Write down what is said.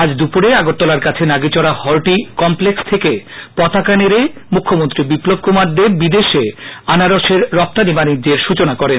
আজ দুপুরে আগরতলার কাছে নাগিছডা হটি কমপ্লেক্স থেকে পতাকা নেডে মুখ্যমন্ত্রী বিপ্লব কুমার দেব বিদেশে আনারসের রপ্তানী বাণিজ্যের সূচনা করেন